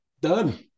done